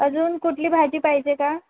अजून कुठली भाजी पाहिजे का